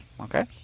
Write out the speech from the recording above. Okay